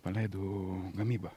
paleidau gamybą